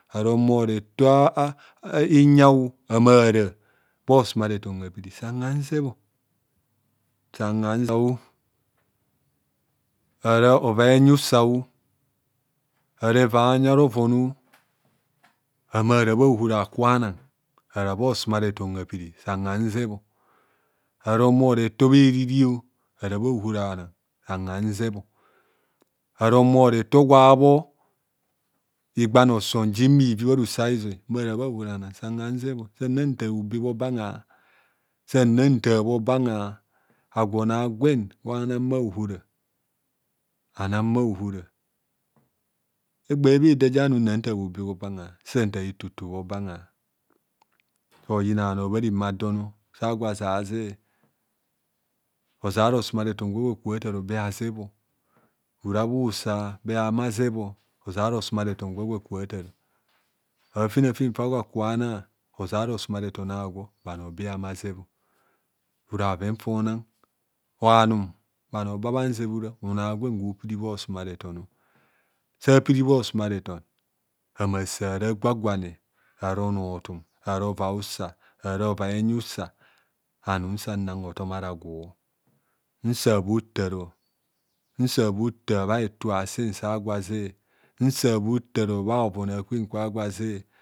. Ara ohumoretor hanyao mmara bha osumareton apiri san hanzebho sanha ara ovai enya usao ara ovai enya arovono mmara bha osumareton apiri san han zebho. ara ohumo retor bheririo ara bha ohora ana sanhanzebho ara ohumoretor ggwa bho igban isom jim ivi bharoso aizoi mara bhahorana san hanzebho. saaataar bhobe bhobangha sanantar bho bnangha agwo ono agwen gwa nam bhaohora anamahora egba bheda gwa num nnantar bhobe bhobangha nsantar etoto bhobangha soyina bhano bhareme adon sagwo azaze ozara osuma reton gwa gwo aka tar be hazebho ora bhusa be hama zebho ozara osumarefon a'gwo bhano be ama zebho ora bhoven fabhona anum bhanor ba–bhanzeb ora onoagwen gwo piri bhosumareton sapiri bha osuma reton ama sa ra gwagwane. ara onortum. ara ovai usa. ara ovai enya usa anum nsana hotom ara gwo nsan bhotar nsan bhotar bha hetu asen sa gwo aze